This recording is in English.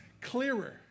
clearer